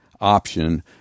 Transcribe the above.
option